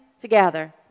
together